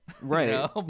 right